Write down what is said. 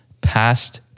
past